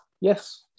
Yes